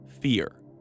fear